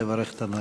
לברך את הנואם.